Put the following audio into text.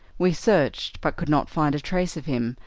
we searched, but could not find a trace of him,